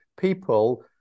people